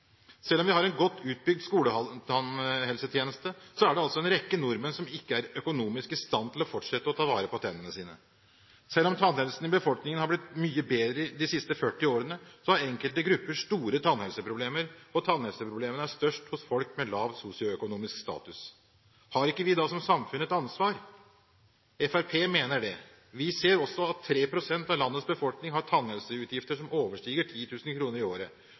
Selv om vi har en godt utbygd skoletannhelsetjeneste, er det altså en rekke nordmenn som ikke er økonomisk i stand til å fortsette å ta vare på tennene sine. Selv om tannhelsen i befolkningen har blitt mye bedre de siste 40 årene, har enkelte grupper store tannhelseproblemer, og tannhelseproblemene er størst hos folk med lav sosioøkonomisk status. Har ikke vi som samfunn da et ansvar? Fremskrittspartiet mener det. Vi ser også at 3 pst. av landets befolkning har tannhelseutgifter som overstiger 10 000 kr i året.